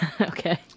okay